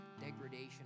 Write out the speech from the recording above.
degradation